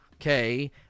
okay